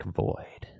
void